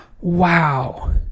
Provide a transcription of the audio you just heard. Wow